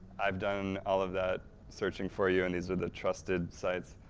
i've done all of that searching for you, and these are the trusted sites.